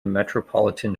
metropolitan